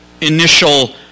initial